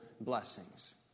blessings